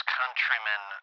countrymen